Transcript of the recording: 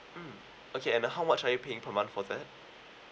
mm okay and uh how much are you paying per month for that